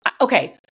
Okay